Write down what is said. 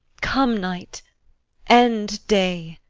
come, night end, day.